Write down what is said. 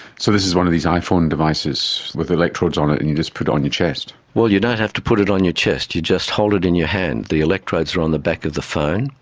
so this is one of these iphone devices with electrodes on it and you just put it on your chest. well, you don't have to put it on your chest, you just hold it in your hand. the electrodes are on the back of the phone.